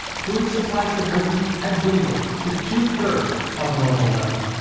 food supplies to britain had dwindled to two-thirds of normal levels,